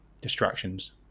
distractions